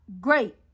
great